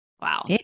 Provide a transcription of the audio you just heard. Wow